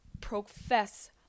profess